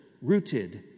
rooted